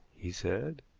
he said.